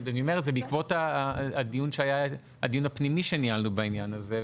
אני אומר את זה בעקבות הדיון הפנימי שניהלנו בעניין הזה,